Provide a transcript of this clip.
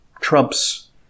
trumps